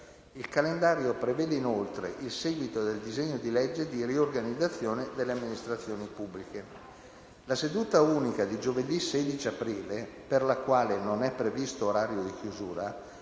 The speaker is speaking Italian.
Il calendario prevede inoltre il seguito del disegno di legge di riorganizzazione delle amministrazioni pubbliche. La seduta unica di giovedì 16 aprile, per la quale non è previsto orario di chiusura,